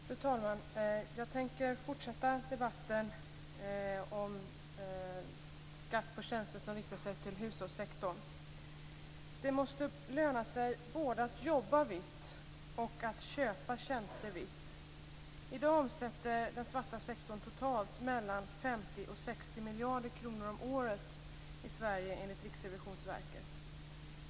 Fru talman! Jag tänker fortsätta debatten om skatt på tjänster som riktar sig till hushållssektorn. Det måste löna sig både att jobba "vitt" och att köpa tjänster vitt. I dag omsätter den svarta sektorn totalt mellan 50 och 60 miljarder kronor om året i Sverige, enligt Riksrevisionsverket.